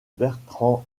bertrand